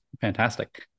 fantastic